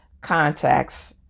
contacts